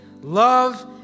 love